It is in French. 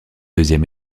deuxième